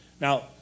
Now